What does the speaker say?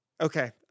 Okay